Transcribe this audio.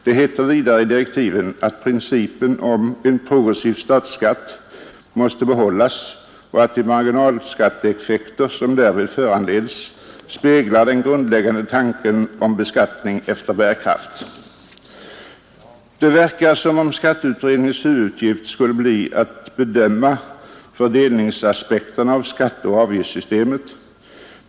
Det heter vidare i direktiven att principen om en progressiv statsskatt måste behållas och att de marginalskatteeffekter som därav föranleds speglar den grundläggande tanken om beskattning efter bärkraft. Det verkar som om skatteutredningens huvuduppgift skall bli att bedöma fördelningsaspekterna av skatteoch avgiftssystemet.